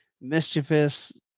mischievous